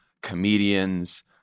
comedians